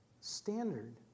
standard